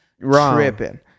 tripping